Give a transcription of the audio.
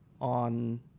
on